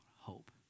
hope